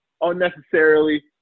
unnecessarily